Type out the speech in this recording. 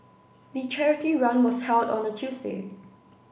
the charity run was held on a Tuesday